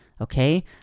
okay